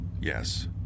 yes